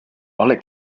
oleg